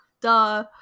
duh